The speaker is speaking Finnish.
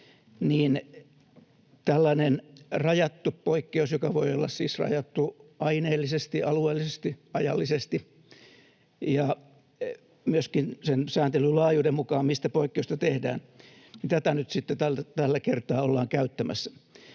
ja tällainen rajattu poikkeus voi olla siis rajattu aineellisesti, alueellisesti, ajallisesti ja myöskin sen sääntelyn laajuuden mukaan, mistä poikkeusta tehdään. Tätä nyt sitten tällä kertaa ollaan käyttämässä.